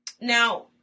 Now